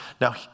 Now